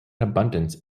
abundance